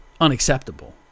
unacceptable